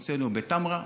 הוצאנו בטמרה,